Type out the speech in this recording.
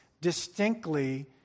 distinctly